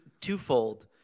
twofold